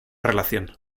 relación